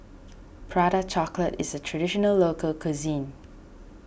Prata Chocolate is a Traditional Local Cuisine